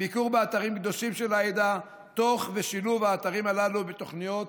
ביקור באתרים קדושים של העדה תוך שילוב האתרים הללו בתוכניות